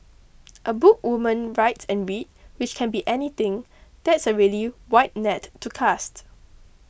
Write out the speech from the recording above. a book woman write and read which can be anything that's a really wide net to cast